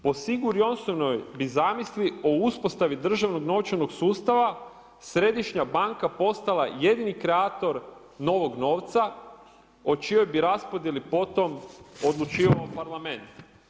Po Sigurjonssonovoj bi zamisli o uspostavi državnog novčanog sustava središnja banka bi postala jedini kreator novog novca o čijoj bi raspodjeli potom odlučivao Parlament.